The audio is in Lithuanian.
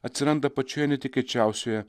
atsiranda pačioje netikėčiausioje